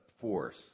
force